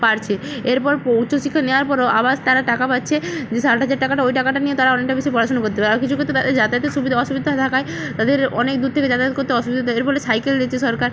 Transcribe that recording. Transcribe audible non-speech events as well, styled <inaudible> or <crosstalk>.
পারছে এরপর ও উচ্চশিক্ষা নেওয়ার পরও আবার তারা টাকা পাচ্ছে যে ষাট হাজার টাকাটা ওই টাকাটা নিয়ে তারা অনেকটা বেশি পড়াশুনো করতে পারে আরও কিছু ক্ষেত্রে <unintelligible> যাতায়াতের সুবিধা অসুবিধা থাকায় তাদের অনেক দূর থেকে যাতায়াত করতে অসুবিধা <unintelligible> এর ফলে সাইকেল দিচ্ছে সরকার